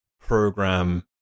program